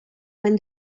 when